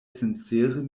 sincere